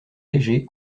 légers